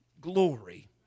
glory